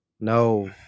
No